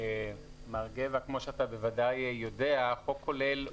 מר גבע, תודה רבה בשלב הזה.